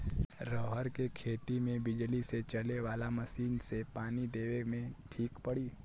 रहर के खेती मे बिजली से चले वाला मसीन से पानी देवे मे ठीक पड़ी?